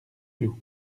cloud